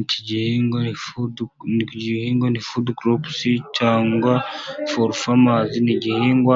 Iki gihingwa ni fudukoropusi cyangwa forufamazi, ni igihingwa